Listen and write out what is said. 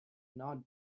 not